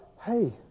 hey